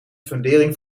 fundering